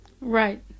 Right